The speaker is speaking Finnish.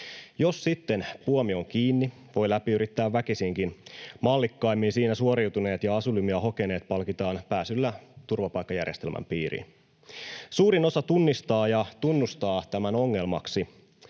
Jos sitten puomi on kiinni, voi läpi yrittää väkisinkin. Mallikkaimmin siinä suoriutuneet ja asylumia hokeneet palkitaan pääsyllä turvapaikkajärjestelmän piiriin. Suurin osa tunnistaa ja tunnustaa tämän ongelmaksi.